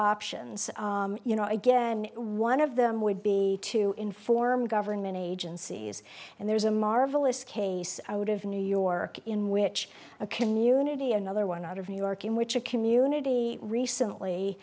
options you know again one of them would be to inform government agencies and there's a marvelous case out of new york in which a community another one out of new york in which a community recently